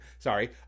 Sorry